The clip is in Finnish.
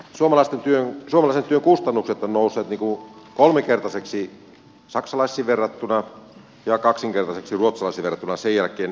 suomalaisen työn kustannukset ovat nousseet kolminkertaiseksi saksalaisiin verrattuna ja kaksinkertaiseksi ruotsalaisiin verrattuna sen finanssikriisin jälkeen